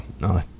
no